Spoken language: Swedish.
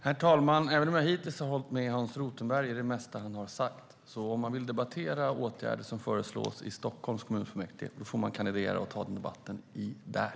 Herr talman! Även om jag hittills har hållit med Hans Rothenberg i det mesta han har sagt måste jag säga: Om man vill debattera åtgärder som föreslås i Stockholms kommunfullmäktige får man kandidera och ta debatten där.